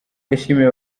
yashimiye